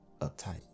uptight